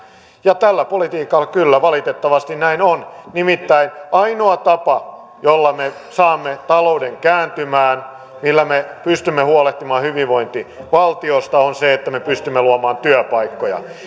ja tällä politiikalla kyllä valitettavasti näin on nimittäin ainoa tapa jolla me saamme talouden kääntymään millä me pystymme huolehtimaan hyvinvointivaltiosta on se että me pystymme luomaan työpaikkoja